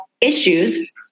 issues